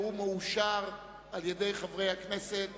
והוא מאושר על-ידי חברי הכנסת